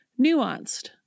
nuanced